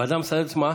ועדה מסדרת, מה?